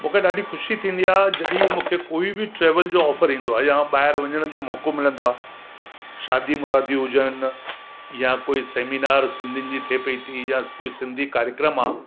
मूंखे ॾाढी ख़ुशी थींदी आहे जॾहिं मूंखे कोई बि ट्रेविल जो ऑफर ईंदो आहे या ॿाहिरि वञण जो मौक़ो मिलंदो आहे शादी मुरादी हुजनि या कोई सेमिनार सिंधियुनि जी थिए पई या कोई सिंधी कार्यक्रम आहे